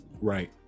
right